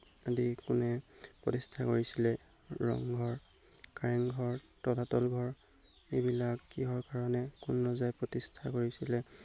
আদি কোনে প্ৰতিষ্ঠা কৰিছিলে ৰংঘৰ কাৰেংঘৰ তলাতল ঘৰ এইবিলাক কিহৰ কাৰণে কোন ৰজাই প্ৰতিষ্ঠা কৰিছিলে